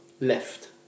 left